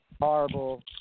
horrible